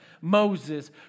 Moses